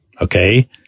okay